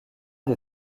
des